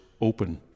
open